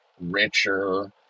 richer